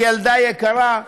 ילדה יקרה,